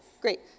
Great